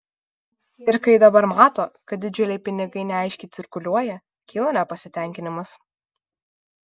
ir kai dabar mato kad didžiuliai pinigai neaiškiai cirkuliuoja kyla nepasitenkinimas